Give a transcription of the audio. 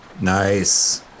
Nice